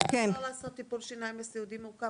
אבל איך אפשר לעשות טיפול שיניים לסיעודי מורכב?